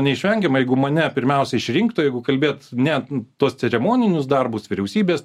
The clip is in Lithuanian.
neišvengiama jeigu mane pirmiausia išrinktų jeigu kalbėt net tuos ceremoninius darbus vyriausybės